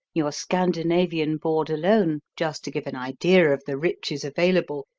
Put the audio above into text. your scandinavian board alone, just to give an idea of the riches available,